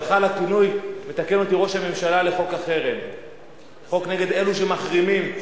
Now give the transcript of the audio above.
נכון, חוק נגד אלה שמחרימים.